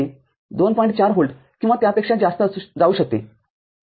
४ volt किंवा त्यापेक्षा जास्त जाऊ शकते